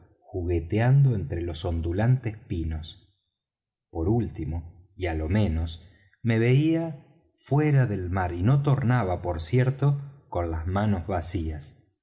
jugueteando entre los ondulantes pinos por último y á lo menos me veía fuera del mar y no tornaba por cierto con las manos vacías